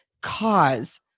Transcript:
cause